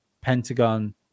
pentagon